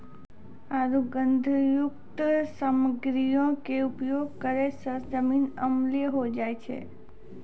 आरु गंधकयुक्त सामग्रीयो के उपयोग करै से जमीन अम्लीय होय जाय छै